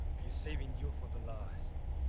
he's saving you for the last.